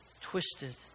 twisted